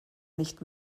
nicht